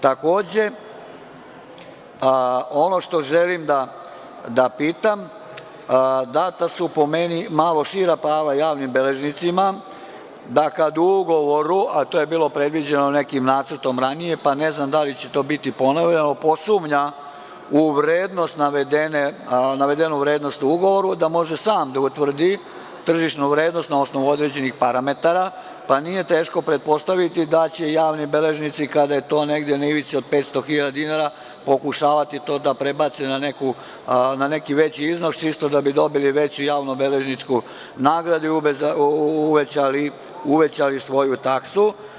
Takođe, ono što želim da pitam, data su po meni malo šira prava javnim beležnicima da kada u ugovoru, a to je bilo predviđeno nekim ranijim nacrtom, pa ne znam da li će to biti ponovljeno, posumnja u vrednost navedene u ugovoru može sam da utvrdi tržišnu vrednost na osnovu određenih parametara, pa nije teško pretpostaviti da će javni beležnici kada je to negde na ivici od 500.000 dinara pokušavati to da prebace na neki veći iznos čisto da bi dobili veću javno-beležničku nadoknadu i uvećali svoju taksu.